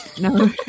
No